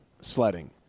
sledding